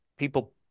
People